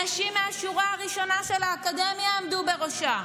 אנשים מהשורה הראשונה של האקדמיה עמדו בראשה.